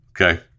Okay